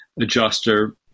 Adjuster